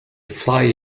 fly